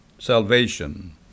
Salvation